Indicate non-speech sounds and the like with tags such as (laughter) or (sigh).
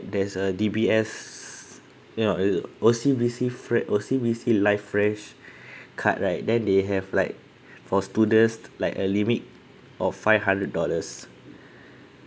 there's a D_B_S you know you O_C_B_C Frank O_C_B_C live fresh (breath) card right then they have like for students like a limit of five hundred dollars